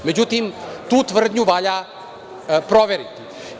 Međutim, tu tvrdnju valja proveriti.